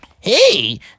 Hey